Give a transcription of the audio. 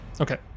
Okay